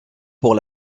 pour